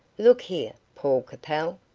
look here, paul capel,